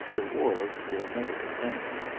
the wharves were never the same,